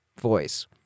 voice